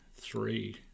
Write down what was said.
three